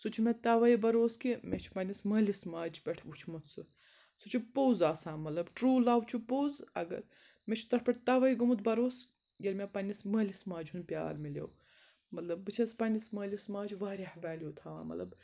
سُہ چھُ مےٚ تَوے بروسہٕ کہِ مےٚ چھُ پَنٛنِس مٲلِس ماجہِ پٮ۪ٹھ وٕچھمُت سُہ سُہ چھُ پوٚز آسان مطلب ٹروٗ لَو چھُ پوٚز اگر مےٚ چھُ تَتھ پٮ۪ٹھ تَوے گوٚمُت بروسہٕ ییٚلہِ مےٚ پَنٛنِس مٲلِس ماجہِ ہُنٛد پیار مِلیو مطلب بہٕ چھَس پنٛنِس مٲلِس ماجہِ وارِیاہ ویلیوٗ تھاوان مطلب